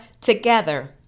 together